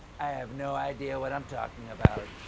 i have no idea what i'm talking about.